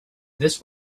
this